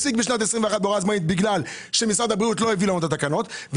הפסיק בהוראה זמנית כי משרד הבריאות לא הביא את התקנות ב-21',